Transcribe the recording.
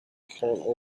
currently